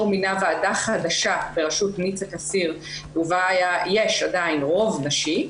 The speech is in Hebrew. הוא מינה ועדה חדשה בראשות ניצה קסיר ובה יש רוב נשי,